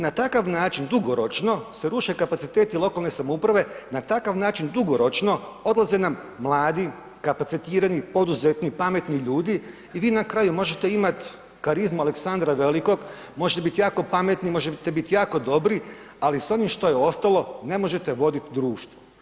Na takav način dugoročno se ruše kapaciteti lokalne samouprave, na takav način dugoročno odlaze nam mladi kapacitirani poduzetni pametni ljudi i vi na kraju možete imati karizmu Aleksandra Velikog, možete biti jako pametni, možete biti jako dobri, ali s onim što je ostalo ne možete voditi društvo.